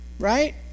right